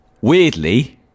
Weirdly